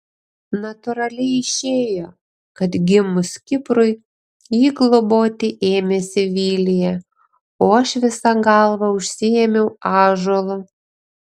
natūraliai išėjo kad gimus kiprui jį globoti ėmėsi vilija o aš visa galva užsiėmiau ąžuolu